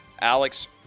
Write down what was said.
Alex